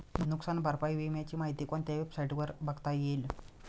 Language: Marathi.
नुकसान भरपाई विम्याची माहिती कोणत्या वेबसाईटवर बघता येईल?